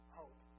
hope